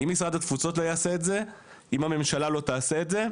אני מ"תנועת ישראל חופשית".